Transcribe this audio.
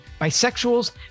bisexuals